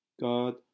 God